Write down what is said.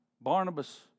Barnabas